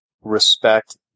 respect